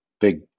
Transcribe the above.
big